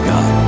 God